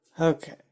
Okay